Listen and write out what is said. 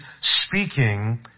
speaking